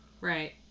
Right